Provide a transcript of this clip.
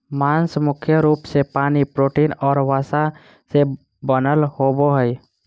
मांस मुख्य रूप से पानी, प्रोटीन और वसा से बनल होबो हइ